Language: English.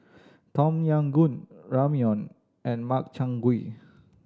Tom Yam Goong Ramyeon and Makchang Gui